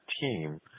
team